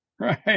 Right